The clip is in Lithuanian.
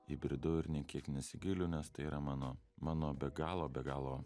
įbridau ir nei kiek nesigailiu nes tai yra mano mano be galo be galo